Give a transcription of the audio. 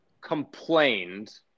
complained